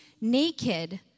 naked